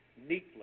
neatly